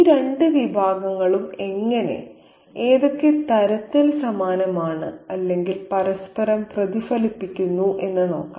ഈ രണ്ട് വിഭാഗങ്ങളും എങ്ങനെ ഏതൊക്കെ തരത്തിൽ സമാനമാണ് അല്ലെങ്കിൽ പരസ്പരം പ്രതിഫലിപ്പിക്കുന്നു എന്ന് നോക്കാം